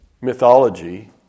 mythology